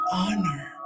honor